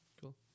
Cool